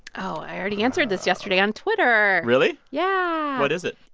oh, i already answered this yesterday on twitter really? yeah what is it?